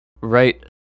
right